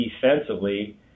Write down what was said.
defensively